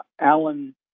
Alan